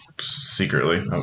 secretly